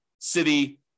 city